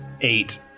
Eight